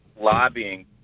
lobbying